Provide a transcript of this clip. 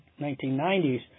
1990s